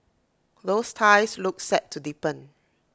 those ties look set to deepen